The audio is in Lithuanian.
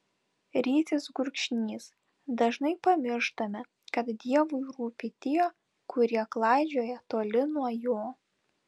rytis gurkšnys dažnai pamirštame kad dievui rūpi tie kurie klaidžioja toli nuo jo